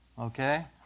okay